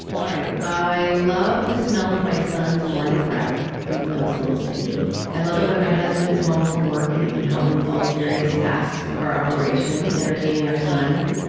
all right, i love the smell of my son's morning breath, even though it's a little stinky. i love it when my husband is home from work and he can help me with all the various tasks of our operation, entertaining our son,